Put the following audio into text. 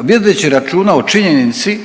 Vodeći računa o činjenici